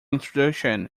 introduction